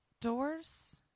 doors